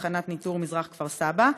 תחנת ניטור מזרח כפר סבא,